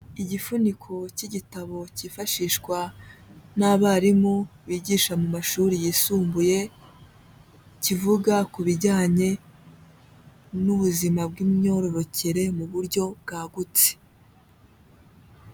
Igifuniko cy'igitabo cyifashishwa n'abarimu bigisha mu mashuri yisumbuye, kivuga ku bijyanye n'ubuzima bw'imyororokere mu buryo bwagutse.